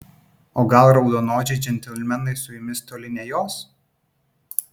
o gal raudonodžiai džentelmenai su jumis toli nejos